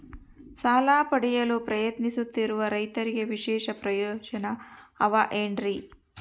ಸಾಲ ಪಡೆಯಲು ಪ್ರಯತ್ನಿಸುತ್ತಿರುವ ರೈತರಿಗೆ ವಿಶೇಷ ಪ್ರಯೋಜನ ಅವ ಏನ್ರಿ?